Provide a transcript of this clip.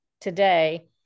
today